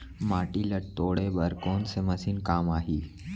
माटी ल तोड़े बर कोन से मशीन काम आही?